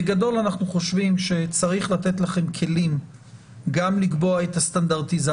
בגדול אנחנו חושבים שצריך לתת לכם כלים גם לקבוע את הסטנדרטיזציה,